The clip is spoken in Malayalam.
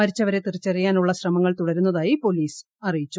മരിച്ചവരെ തിരിച്ചറിയാനുള്ള ശ്രമങ്ങൾ തുടരുന്നതായി പോലീസ് അറിയിച്ചു